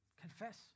Confess